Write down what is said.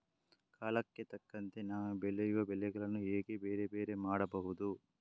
ಕಾಲಕ್ಕೆ ತಕ್ಕಂತೆ ನಾವು ಬೆಳೆಯುವ ಬೆಳೆಗಳನ್ನು ಹೇಗೆ ಬೇರೆ ಬೇರೆ ಮಾಡಬಹುದು?